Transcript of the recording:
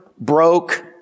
broke